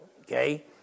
Okay